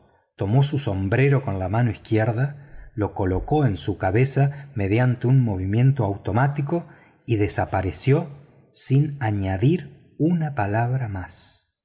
tomó su sombrero con la mano izquierda lo colocó en su cabeza mediante un movimiento automático y desapareció sin decir palabra